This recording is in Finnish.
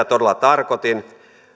todella tarkoitin